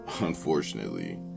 unfortunately